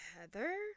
Heather